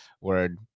Word